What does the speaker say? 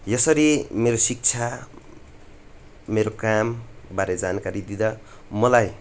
यसरी मेरो शिक्षा मेरो कामबारे जानकारी दिँदा मलाई